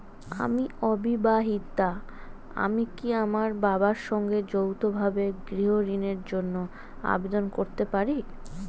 আমি অবিবাহিতা আমি কি আমার বাবার সঙ্গে যৌথভাবে গৃহ ঋণের জন্য আবেদন করতে পারি?